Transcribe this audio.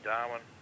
Darwin